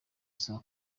saa